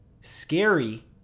scary